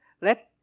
Let